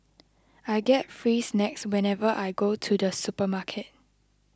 I get free snacks whenever I go to the supermarket